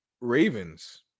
Ravens